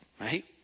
right